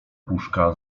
puszka